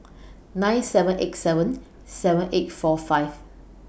nine seven eight seven seven eight four five